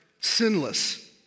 sinless